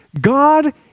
God